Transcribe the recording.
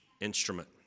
instrument